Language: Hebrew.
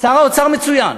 שר האוצר מצוין,